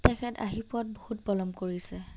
তেখেত আহি পোৱাত বহুত পলম কৰিছে